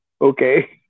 Okay